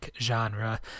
genre